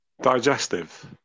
digestive